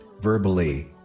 verbally